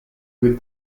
with